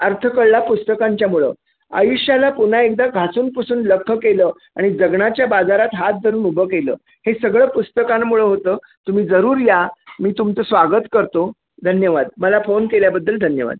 अर्थ कळला पुस्तकांच्यामुळं आयुष्याला पुन्हा एकदा घासून पुसून लख्ख केलं आणि जगण्याच्या बाजारात हात धरून उभं केलं हे सगळं पुस्तकांमुळं होतं तुम्ही जरूर या मी तुमचं स्वागत करतो धन्यवाद मला फोन केल्याबद्दल धन्यवाद